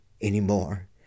anymore